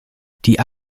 die